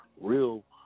real